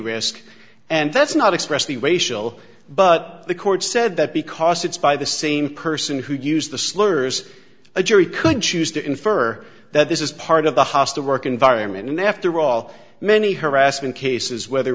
risk and that's not expressly racial but the court said that because it's by the same person who used the slurs a jury could choose to infer that this is part of a hostile work environment and after all many harassment cases whe